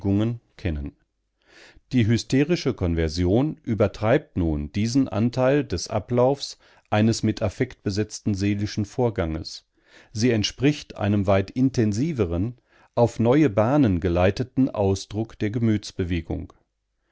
kennen die hysterische konversion übertreibt nun diesen anteil des ablaufs eines mit affekt besetzten seelischen vorganges sie entspricht einem weit intensiveren auf neue bahnen geleiteten ausdruck der